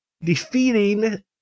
defeating